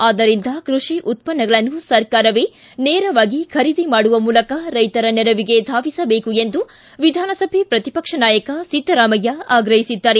ಆದ್ದರಿಂದ ಕೃಷಿ ಉತ್ಪನ್ನಗಳನ್ನು ಸರ್ಕಾರವೇ ನೇರವಾಗಿ ಖರೀದಿ ಮಾಡುವ ಮೂಲಕ ರೈತರ ನೆರವಿಗೆ ಧಾವಿಸಬೇಕು ಎಂದು ವಿಧಾನಸಭೆ ಪ್ರತಿಪಕ್ಷ ನಾಯಕ ಸಿದ್ದರಾಮಯ್ಯ ಆಗ್ರಹಿಸಿದ್ದಾರೆ